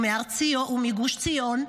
הוא מגוש עציון.